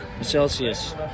Celsius